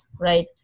right